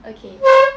okay